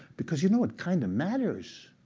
because you know it kind of matters.